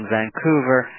Vancouver